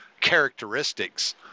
characteristics